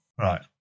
Right